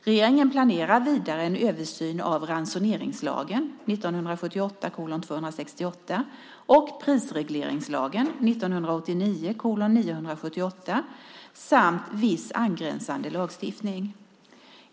Regeringen planerar vidare en översyn av ransoneringslagen och prisregleringslagen samt viss angränsande lagstiftning.